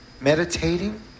meditating